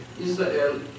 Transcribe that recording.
Israel